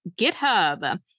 GitHub